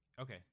okay